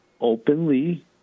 openly